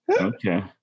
Okay